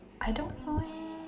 I don't know eh